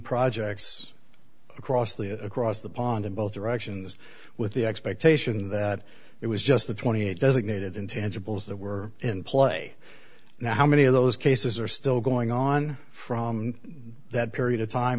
projects across the across the pond in both directions with the expectation that it was just the twenty eight designated intangibles that were in play now how many of those cases are still going on from that period of time